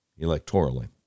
electorally